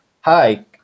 hi